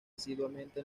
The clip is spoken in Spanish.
asiduamente